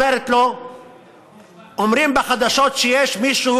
מעבודה ואומרת לו שאומרים בחדשות שמישהו,